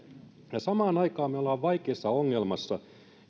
samaan aikaan me olemme vaikeassa ongelmassa